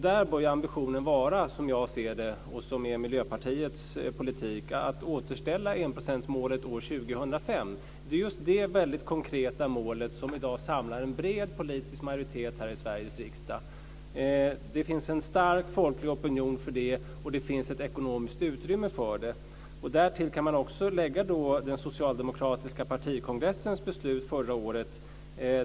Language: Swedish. Där bör ambitionen som jag ser det vara, och det är också Miljöpartiets politik, att återställa enprocentsmålet år 2005. Det är just det väldigt konkreta målet som i dag samlar en bred politisk majoritet här i Sveriges riksdag. Det finns en stark folklig opinion för det, och det finns ett ekonomiskt utrymme för det. Därtill kan man också lägga den socialdemokratiska partikongressens beslut förra året.